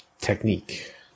technique